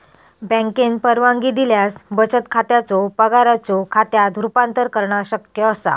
बँकेन परवानगी दिल्यास बचत खात्याचो पगाराच्यो खात्यात रूपांतर करणा शक्य असा